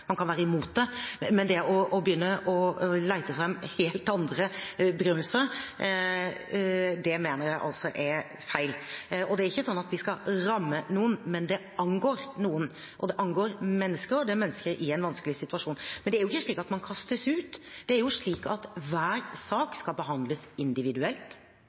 Man kan være imot det, men det å begynne å lete fram helt andre begrunnelser, mener jeg er feil. Vi skal ikke ramme noen, men det angår noen, og det angår mennesker, og det er mennesker i en vanskelig situasjon. Men man kastes ikke ut. Hver sak skal behandles individuelt. Det er veldig bra, for da er forhold som representanten Andersen er